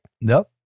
Nope